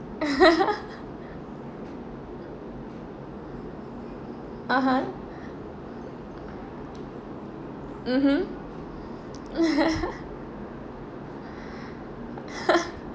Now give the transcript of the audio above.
(uh huh) mmhmm